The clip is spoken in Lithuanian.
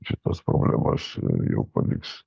šitas problemas jau pavyks